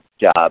job